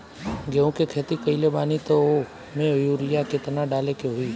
गेहूं के खेती कइले बानी त वो में युरिया केतना डाले के होई?